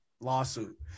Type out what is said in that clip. lawsuit